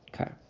Okay